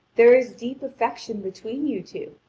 there is deep affection between you two.